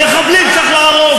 מחבלים צריך להרוג.